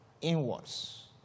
inwards